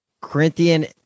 Corinthian